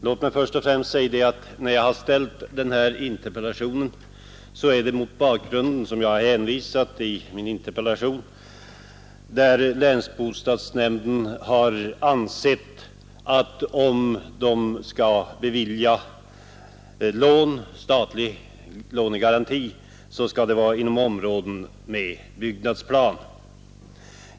Låt mig först och främst säga att när jag har framställt denna interpellation är det mot den bakgrund som jag hänvisar till i min interpellation, nämligen att länsbostadsnämnden ansett att om den skall bevilja statlig lånegaranti, skall det vara inom område med byggnadsplan.